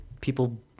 people